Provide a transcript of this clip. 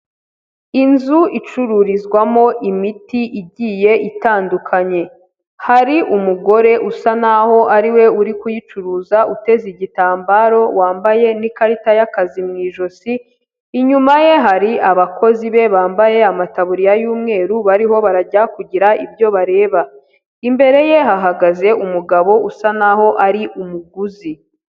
Inzu icururizwamo imiti igiye itandukanye. Hari umugore usa naho ari we uri kuyicuruza, uteze igitambaro, wambaye n'ikarita y'akazi mu ijosi, inyuma ye hari abakozi be bambaye amataburiya y'umweru bariho barajya kugira ibyo bareba. Imbere ye hahagaze umugabo usa naho ari umuguzi.